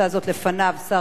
להגיב.